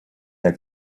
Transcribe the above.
der